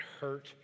hurt